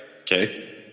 Okay